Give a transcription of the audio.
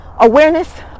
awareness